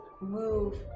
move